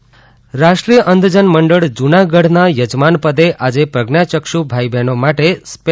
અંધજન મંડળ રાષ્ટ્રીય અંધજન મંડળ જૂનાગઢ ના યજમાન પદે આજે પ્રજ્ઞાયક્ષુ ભાઈઓ બહેનો માટે સ્પે